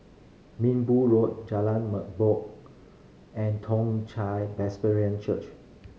Minbu Road Jalan Merbok and Toong Chai Presbyterian Church